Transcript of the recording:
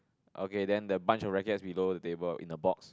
okay then the bunch of rackets below the table in the box